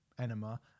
Enema